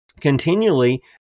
continually